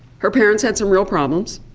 her parents had some real problems.